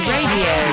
Radio